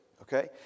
okay